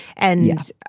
and yes,